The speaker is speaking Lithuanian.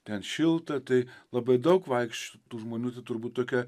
ten šilta tai labai daug vaikšto tų žmonių tai turbūt tokia